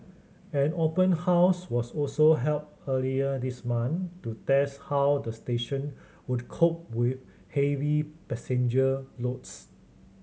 an open house was also held earlier this month to test how the station would cope with heavy passenger loads